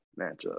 matchup